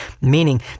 meaning